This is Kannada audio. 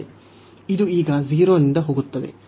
ಇದು ಈಗ 0 ರಿಂದ ಹೋಗುತ್ತದೆ